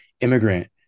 immigrant